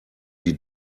die